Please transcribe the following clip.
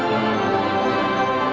or